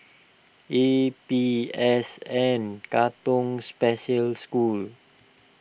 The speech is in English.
A P S N Katong Special School